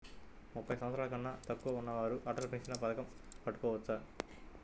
ముప్పై సంవత్సరాలకన్నా తక్కువ ఉన్నవారు అటల్ పెన్షన్ పథకం కట్టుకోవచ్చా?